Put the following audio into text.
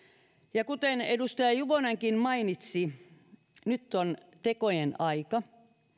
kuten edustaja juvonenkin mainitsi nyt on tekojen aika